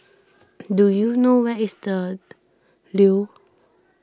do you know where is the Leo